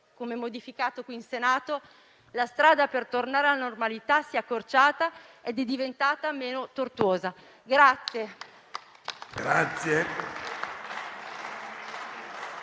come modificato qui in Senato, la strada per tornare alla normalità si è accorciata ed è diventata meno tortuosa.